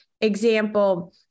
example